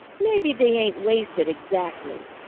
maybe they ain't wasted exactly,